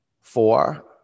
four